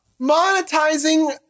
Monetizing